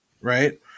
right